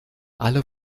alle